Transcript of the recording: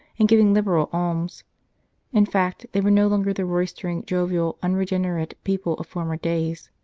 and giving liberal alms in fact, they were no longer the roistering, jovial, unregenerate people of former days.